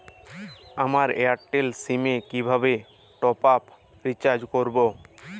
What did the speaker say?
আমার Airtel SIM এ কিভাবে টপ আপ রিচার্জ করবো?